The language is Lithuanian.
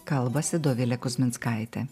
kalbasi dovilė kuzminskaitė